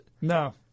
No